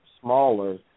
smaller